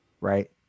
Right